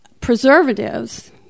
preservatives